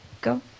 Go